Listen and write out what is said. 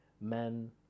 men